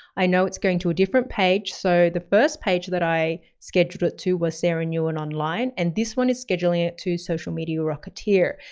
i know it's going to a different page. so the first page that i scheduled it to was sara and nguyen and online and this one is scheduling it to social media rocketeer,